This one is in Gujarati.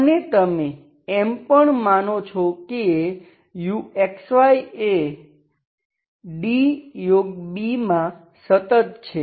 અને તમે એમ પણ માનો છો કે uxy એ DB માં સતત છે